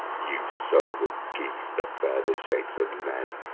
you souls of geese that bear the shapes of men,